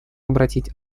обратить